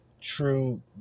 true